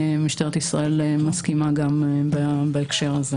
משטרת ישראל מסכימה גם בהקשר הזה.